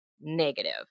negative